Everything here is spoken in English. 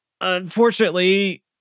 Unfortunately